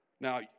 Now